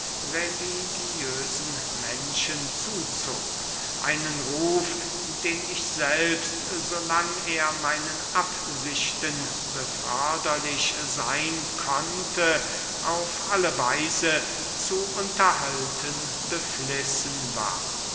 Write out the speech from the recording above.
religiösen menschen zuzog einen ruf den ich selbst so lang er meinen absichten beförderlich seyn konnte auf alle weise zu unterhalten beflissen war